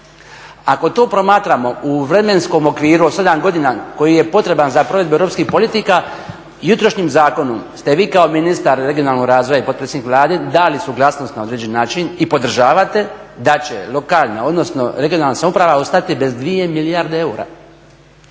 Ako to promatramo u vremenskom okviru od 7 godina koji je potreban za provedbu europskih politika jutrošnjim zakonom ste vi kako ministar regionalnog razvoja i potpredsjednik Vlade dali suglasnost na određeni način i podržavate da će lokalne, odnosno regionalna samouprava ostati bez 2 milijarde eura.